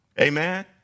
Amen